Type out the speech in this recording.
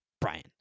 Brian